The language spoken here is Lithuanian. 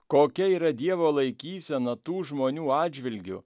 kokia yra dievo laikysena tų žmonių atžvilgiu